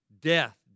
death